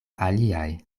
aliaj